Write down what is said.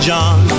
John